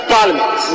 Parliament